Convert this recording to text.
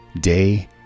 day